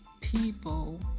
people